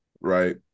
right